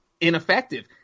ineffective